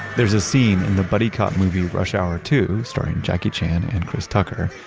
there's a scene in the buddy cop movie, rush hour two starring jackie chan and chris tucker,